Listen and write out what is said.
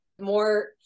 more